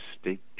state